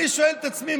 אני שואל את עצמי,